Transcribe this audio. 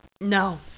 No